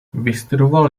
vystudoval